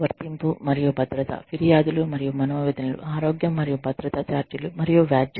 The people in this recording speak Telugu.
వర్తింపు మరియు భద్రత ఫిర్యాదులు మరియు మనోవేదనలుఆరోగ్యం మరియు భద్రతా ఛార్జీలు మరియు వ్యాజ్యం